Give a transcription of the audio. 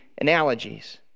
analogies